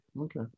Okay